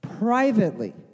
Privately